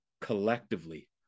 collectively